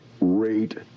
rate